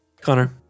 Connor